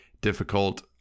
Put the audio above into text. difficult